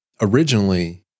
originally –